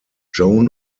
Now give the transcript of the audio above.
joan